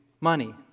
money